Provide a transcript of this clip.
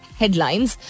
headlines